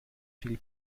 viel